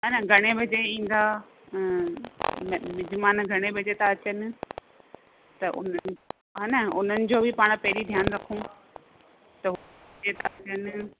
हे न घणे वजे ईंदा म मिजमान घणे वजे था अचनि त उन हे न उन्हनि जो बि पाण पहिरीं ध्यानु रखूं त गेस्ट अचनि